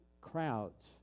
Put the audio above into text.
crowds